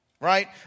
right